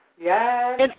Yes